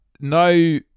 no